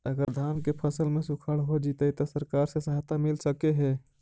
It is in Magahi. अगर धान के फ़सल में सुखाड़ होजितै त सरकार से सहायता मिल सके हे?